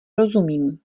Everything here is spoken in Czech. rozumím